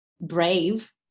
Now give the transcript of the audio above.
brave